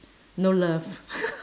no love